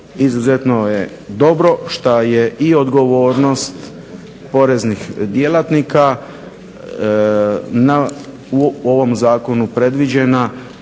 Izuzetno je dobro što je i odgovornost poreznih djelatnika u ovom zakonu predviđena